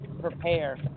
prepare